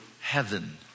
heaven